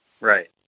Right